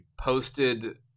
posted